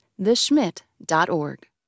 theschmidt.org